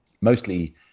mostly